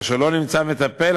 כאשר לא נמצא מטפל,